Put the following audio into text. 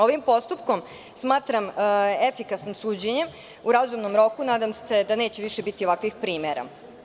Ovim postupkom smatram efikasnim suđenjem u razumnom roku i nadam se da neće više biti ovakvih primera.